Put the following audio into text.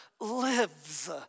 lives